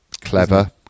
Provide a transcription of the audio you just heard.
Clever